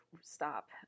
stop